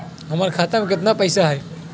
हमर खाता में केतना पैसा हई?